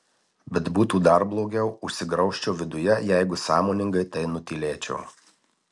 bet būtų dar blogiau užsigraužčiau viduje jeigu sąmoningai tai nutylėčiau